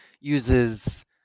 uses